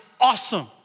awesome